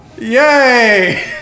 yay